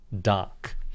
dark